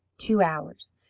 two hours.